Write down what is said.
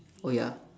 oh ya